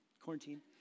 quarantine